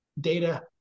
data